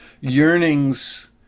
yearnings